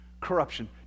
Corruption